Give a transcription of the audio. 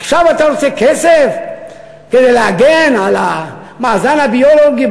עכשיו אתה רוצה כסף כדי להגן על המאזן הביולוגי